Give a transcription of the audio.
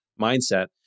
mindset